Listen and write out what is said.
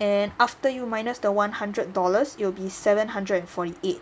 and after you minus the one hundred dollars it'll be seven hundred and forty eight